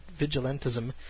vigilantism